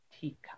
teacup